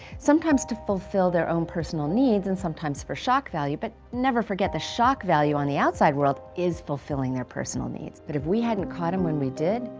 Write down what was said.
sometimes to fulfill their own personal needs and sometimes for shock value, but never forget the shock value on the outside world is fulfilling their personal needs. but if we hadn't caught him when we did,